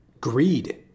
greed